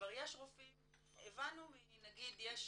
כבר יש רופאים, הבנו, נגיד, יש